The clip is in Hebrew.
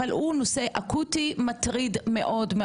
אבל הוא נושא אקוטי ומטריד מאוד.